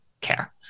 care